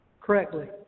correctly